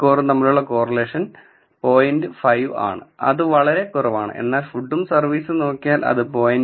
5 ആണ് അത് വളരെ കുറവാണ് എന്നാൽ ഫുഡും സർവീസും നോക്കിയാൽ അത് 0